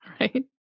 Right